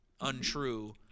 untrue